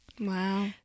Wow